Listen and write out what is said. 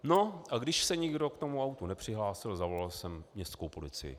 No a když se nikdo k tomu autu nepřihlásil, zavolal jsem městskou policii.